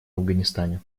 афганистане